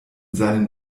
seinen